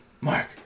Mark